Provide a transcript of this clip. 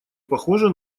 похоже